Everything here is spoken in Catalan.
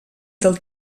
del